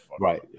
Right